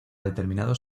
determinados